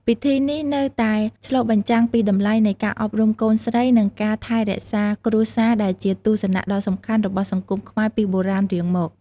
ពិធីនេះនៅតែឆ្លុះបញ្ចាំងពីតម្លៃនៃការ អប់រំកូនស្រី និង ការថែរក្សាគ្រួសារ ដែលជាទស្សនៈដ៏សំខាន់របស់សង្គមខ្មែរពីបុរាណរៀងមក។